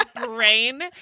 brain